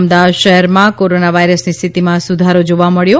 અમદાવાદ શહેરમાં કોરના વાઇરસની સ્થિતીમાં સુધારો જોવા મળ્યો